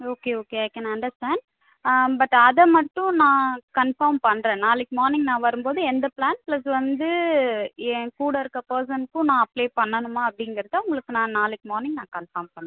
okay okay I can understand but அதை மட்டும் நான் கன்ஃபார்ம் பண்றேன் நாளைக்கி மார்னிங் நான் வரும் போது எந்த பிளான்ஸ் ப்லஸ் வந்து என்கூட இருக்கிற பெர்சனுக்கும் நான் அப்ளை பண்ணனுமா அப்படிங்குறத உங்களுக்கு நான் நாளைக்கு மார்னிங் நான் கன்ஃபார்ம் பண்